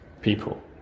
people